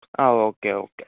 ആ okay okay